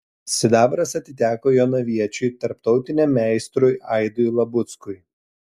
sidabras atiteko jonaviečiui tarptautiniam meistrui aidui labuckui